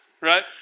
Right